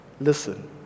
Listen